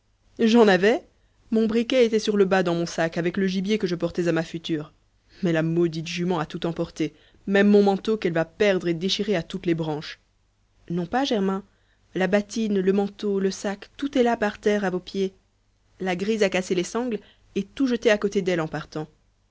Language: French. j'en avais mon briquet était sur le bât dans mon sac avec le gibier que je portais à ma future mais la maudite jument a tout emporté même mon manteau qu'elle va perdre et déchirer à toutes les branches non pas germain la bâtine le manteau le sac tout est là par terre à vos pieds la grise a cassé les sangles et tout jeté à côté d'elle en partant